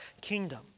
kingdom